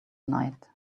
night